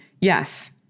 Yes